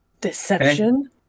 Deception